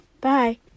Bye